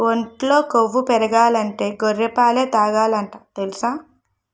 ఒంట్లో కొవ్వు పెరగాలంటే గొర్రె పాలే తాగాలట తెలుసా?